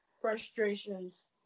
frustrations